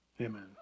Amen